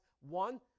one